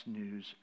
news